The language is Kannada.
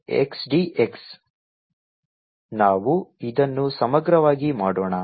0cosθdθ0cosθsin θdθ 0θ|cos θ|d cos θ 1 11 X2XdX 111 X2XdX where Xcos θ ನಾವು ಇದನ್ನು ಸಮಗ್ರವಾಗಿ ಮಾಡೋಣ